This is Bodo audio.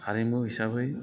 हारिमु हिसाबै